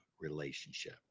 relationship